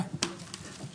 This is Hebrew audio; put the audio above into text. הישיבה ננעלה בשעה 11:44.